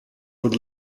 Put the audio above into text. would